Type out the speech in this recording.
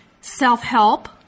self-help